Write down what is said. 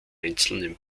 einzelnen